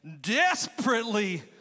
desperately